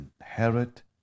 inherit